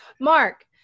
Mark